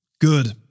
Good